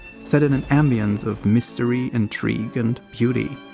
set in an ambiance of mystery, intrigue and beauty.